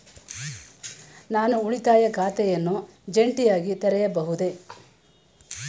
ನಾನು ಉಳಿತಾಯ ಖಾತೆಯನ್ನು ಜಂಟಿಯಾಗಿ ತೆರೆಯಬಹುದೇ?